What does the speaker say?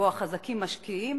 שבו החזקים משקיעים